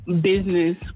business